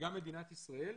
וגם מדינת ישראל,